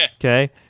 Okay